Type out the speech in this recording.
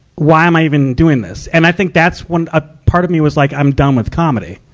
why am i even doing this? and i think that's when a part of me was like, i'm done with comedy.